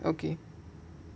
okay